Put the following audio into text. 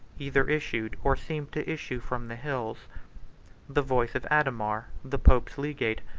either issued, or seemed to issue, from the hills the voice of adhemar, the pope's legate,